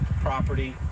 property